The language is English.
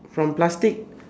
from plastic